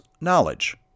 knowledge